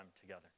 together